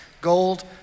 gold